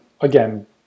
again